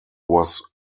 was